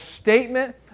statement